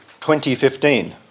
2015